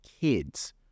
kids